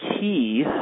key